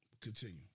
Continue